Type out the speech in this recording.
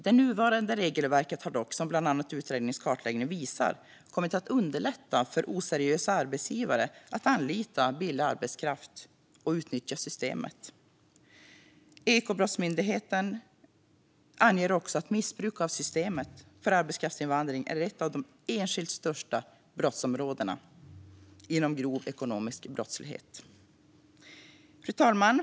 Det nuvarande regelverket har dock, vilket bland annat utredningens kartläggning visar, kommit att underlätta för oseriösa arbetsgivare att anlita billig arbetskraft och utnyttja systemet. Ekobrottsmyndigheten anger också att missbruk av systemet för arbetskraftsinvandring är ett av de enskilt största brottsområdena inom grov ekonomisk brottslighet. Fru talman!